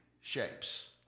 shapes